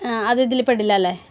ആ അത് ഇതിൽ പെടില്ല അല്ലേ